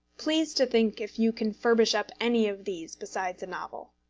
please to think if you can furbish up any of these besides a novel.